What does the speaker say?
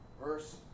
verse